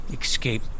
escape